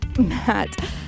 Matt